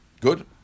Good